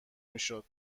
میشد